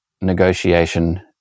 negotiation